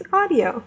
audio